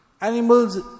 Animals